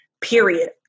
Period